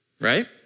Right